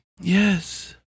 Yes